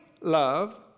love